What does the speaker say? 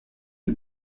die